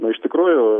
na iš tikrųjų